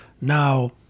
Now